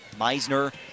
Meisner